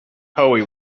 hoey